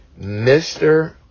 Mr